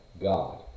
God